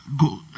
go